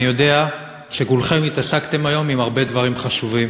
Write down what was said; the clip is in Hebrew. אני יודע שכולכם התעסקתם היום בהרבה דברים חשובים,